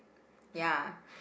ya